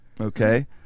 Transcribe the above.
Okay